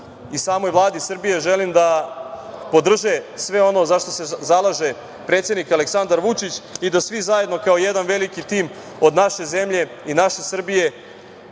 i samoj Vladi Srbije želim da podrže sve ono zašta se zalaže predsednik Aleksandar Vučić i da svi zajedno kao jedan veliki tim od naše zemlje i naše Srbije